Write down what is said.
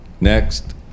Next